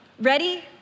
Ready